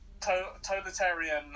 totalitarian